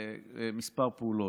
כמה פעולות.